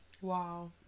Wow